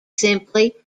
simply